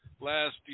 Last